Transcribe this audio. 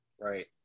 Right